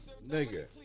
Nigga